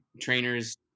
trainers